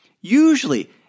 usually